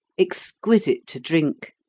exquisite to drink,